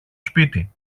σπίτι